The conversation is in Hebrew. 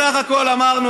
בסך הכול אמרנו,